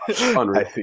unreal